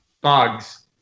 bugs